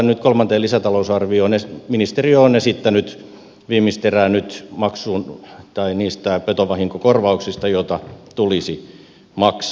nyt kolmanteen lisätalousarvioon ministeriö on esittänyt viimeistä erää maksuun niistä petovahinkokorvauksista joita tulisi maksaa